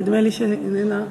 נדמה לי שהיא איננה נמצאת.